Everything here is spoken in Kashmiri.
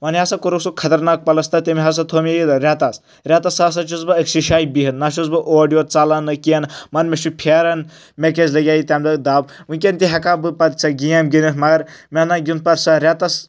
وۄنۍ ہَسا کوٚرُکھ سُہ خطرناک پَلَستَر تٔمۍ ہَسا تھوٚو مےٚ یہِ رؠتَس رؠتَس ہسا چھُس بہٕ أکسی جایہِ بِہِتھ نہ چھُس بہٕ اورٕ یور ژَلان نہ کینٛہہ نہٕ وَنہٕ مےٚ چھُ پھیران مےٚ کیٛازِ لَگِیو تَمہِ دۄہ دَب وٕنکؠن تہِ ہیٚکہا بہٕ پَتہٕ سۄ گیم گِنٛدِتھ مگر مےٚ نہ گِنٛد پَتہٕ سۄ رؠتَس